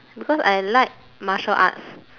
because I like martial arts